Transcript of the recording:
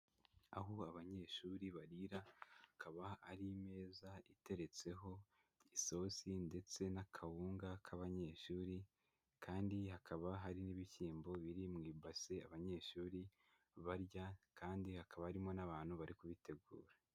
Aho abanyeshuri barira, kaba ari meza iteretseho isosi ndetse n'akawunga k'abanyeshuri. Kandi hakaba hari n'ibishyimbo biri mu ibase abanyeshuri barya, kandi hakaba harimo n'abantu bari kubitegura.